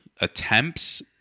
attempts